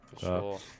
Sure